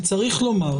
וצריך לומר,